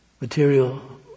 material